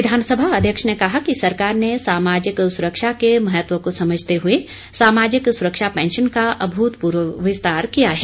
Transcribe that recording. विधानसभा अध्यक्ष ने कहा कि सरकार ने सामाजिक सुरक्षा के महत्व को समझते हुए सामाजिक सुरक्षा पैंशन का अभूतपूर्व विस्तार किया है